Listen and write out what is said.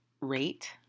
rate